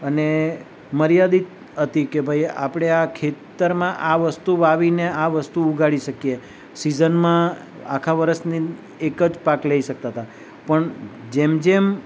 અને મર્યાદિત હતી કે ભાઈ આપણે આ ખેતરમાં આ વસ્તુ વાવીને આ વસ્તુ ઉગાડી શકીએ સિઝનમાં આખા વર્ષની એક જ પાક લઈ શકતા હતા પણ જેમ જેમ